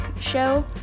show